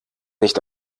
nicht